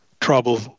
trouble